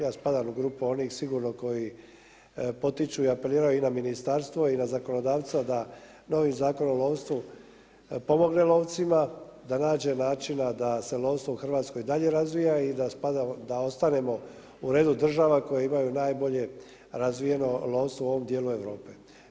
Ja spadam u grupu onih sigurno koji potiču i apeliraju i na ministarstvo i na zakonodavca da novim Zakonom o lovstvu pomogne lovcima, da nađe načina da se lovstvo u Hrvatskoj dalje razvija i da ostanemo u redu država koje imaju najbolje razvijeno lovstvo u ovom dijelu Europe.